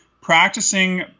practicing